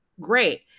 great